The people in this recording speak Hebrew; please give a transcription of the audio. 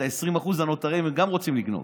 את ה-20% הנותרים הם גם רוצים לגנוב,